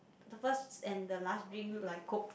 the first and the last drink look like Coke